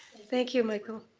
thank you, michael.